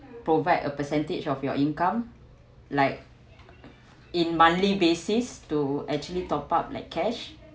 provide a percentage of your income like in monthly basis to actually top up like cash